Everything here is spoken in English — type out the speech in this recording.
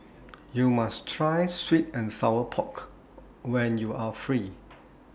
YOU must Try Sweet and Sour Pork when YOU Are Free